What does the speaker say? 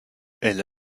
elles